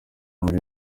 muri